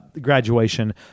Graduation